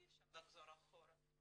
אי אפשר לחזור אחורה.